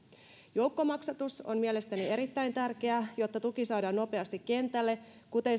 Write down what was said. joukkomaksatus on mielestäni erittäin tärkeä jotta tuki saadaan nopeasti kentälle